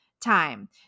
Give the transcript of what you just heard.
time